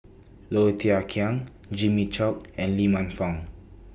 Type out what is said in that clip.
Low Thia Khiang Jimmy Chok and Lee Man Fong